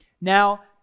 Now